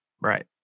Right